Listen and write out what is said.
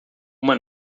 uma